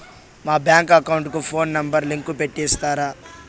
మా bank account కు phone number link పెట్టి ఇస్తారా?